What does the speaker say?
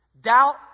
Doubt